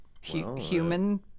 Human